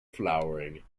flowering